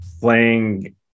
playing